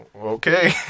okay